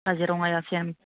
काजिरङासिम